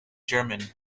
german